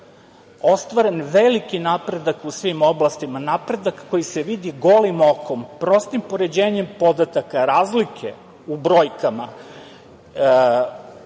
ostvaren veliki napredak u svim oblastima. Napredak koji se vidi golim okom. Prostim poređenjem podataka, razlike u brojkama